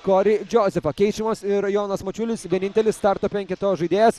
kori džozefą keičiamas ir jonas mačiulis vienintelis starto penketo žaidėjas